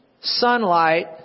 sunlight